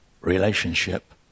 relationship